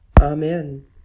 Amen